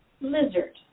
lizard